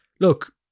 Look